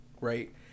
right